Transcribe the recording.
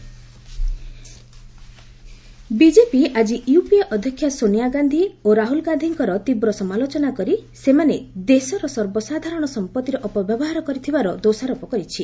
BJP National Herald BJP ଆଜି UPA ଅଧ୍ୟକ୍ଷା ସୋନିଆ ଗାନ୍ଧି ଓ ରାହୁଳ ଗାନ୍ଧିଙ୍କର ତୀବ୍ର ସମାଲୋଚନା କରି ସେମାନେ ଦେଶର ସର୍ବସାଧାରଣ ସମ୍ପଭିର ଅପବ୍ୟବହାର କରିଥିବାର ଦୋଷାରପ କରିଛି